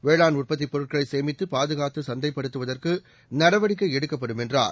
வேளாண் உற்பத்திபொருட்களைசேமித்தபாதுகாத்துசந்தைப்படுத்துவதற்குநடவடிக்கைஎடுக்கப்படும் என்றார்